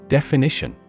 Definition